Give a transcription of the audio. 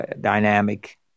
dynamic